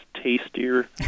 tastier